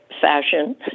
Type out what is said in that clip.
fashion